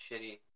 shitty